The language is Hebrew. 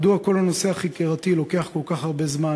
מדוע כל הנושא החקירתי לוקח כל כך הרבה זמן